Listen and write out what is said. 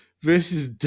versus